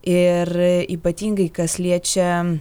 ir ypatingai kas liečia